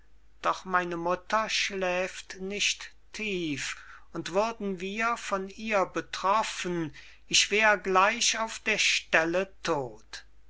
doch meine mutter schläft nicht tief und würden wir von ihr betroffen ich wär gleich auf der stelle todt